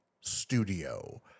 studio